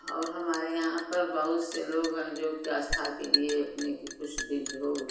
और हमारे यहाँ पर बहुत से लोग हैं जो कि आस्था के लिए अपने के कुछ